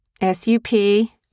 S-U-P